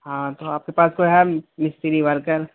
ہاں تو آپ کے پاس کوئی ہے مستری ورکر